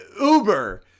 uber